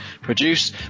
produce